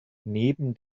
neben